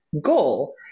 goal